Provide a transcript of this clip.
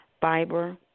fiber